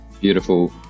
beautiful